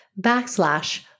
backslash